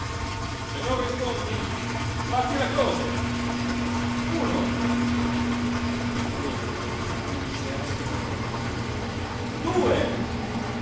se non rispondi fatti la croce uno l'ombra non s'era scomposta due